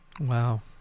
Wow